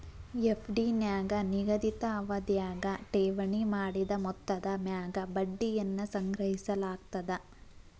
FD ನ್ಯಾಗ ನಿಗದಿತ ಅವಧ್ಯಾಗ ಠೇವಣಿ ಮಾಡಿದ ಮೊತ್ತದ ಮ್ಯಾಗ ಬಡ್ಡಿಯನ್ನ ಸಂಗ್ರಹಿಸಲಾಗ್ತದ